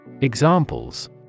Examples